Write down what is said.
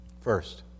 First